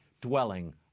dwelling